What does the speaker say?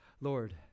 Lord